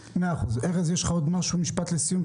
ארז, יש לך משפט לסיום?